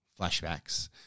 flashbacks